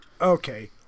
Okay